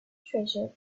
treasure